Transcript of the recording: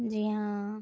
جی ہاں